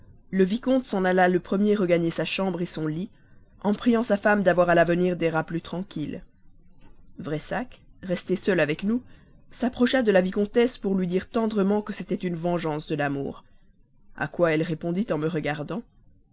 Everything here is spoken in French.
le vicomte s'en alla le premier regagner sa chambre son lit en priant sa femme d'avoir à l'avenir des rats plus tranquilles pressac resté seul avec nous s'approcha de la vicomtesse pour lui dire tendrement que c'était une vengeance de l'amour à quoi elle répondit en me regardant